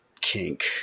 kink